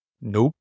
Nope